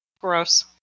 Gross